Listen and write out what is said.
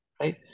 right